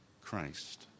Christ